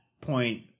point